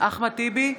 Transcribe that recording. אחמד טיבי,